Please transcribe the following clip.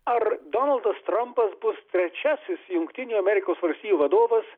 ar donaldas trampas bus trečiasis jungtinių amerikos valstijų vadovas